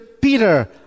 Peter